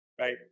right